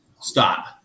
Stop